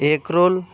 egg roll